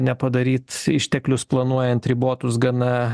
nepadaryti išteklius planuojant ribotus gana